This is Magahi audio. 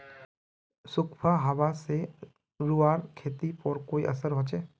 सुखखा हाबा से रूआँर खेतीर पोर की असर होचए?